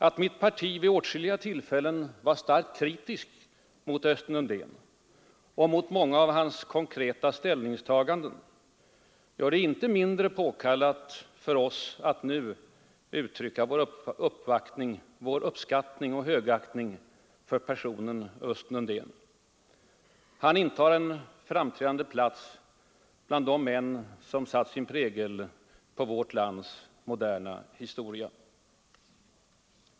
Att mitt parti vid åtskilliga tillfällen var starkt kritiskt mot Östen Undén och mot många av hans konkreta ställningstaganden gör det inte mindre påkallat för oss att nu uttrycka vår uppskattning av och högaktning för personen Östen Undén. Han intar en framträdande plats bland de män som satt sin prägel på vårt lands moderna historia.